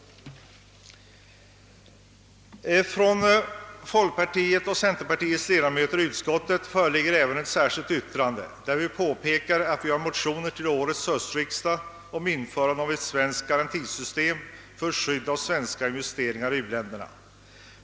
Från folkpartiets och centerpartiets ledamöter i utskottet föreligger även ett särskilt yttrande, vari vi påpekar att vi har i motionen begärt förslag till årets höstriksdag om införandet av ett svenskt garantisystem för skydd av svenska investeringar i u-länderna.